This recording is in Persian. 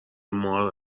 مار